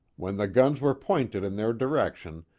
when the guns were pointed in their direction,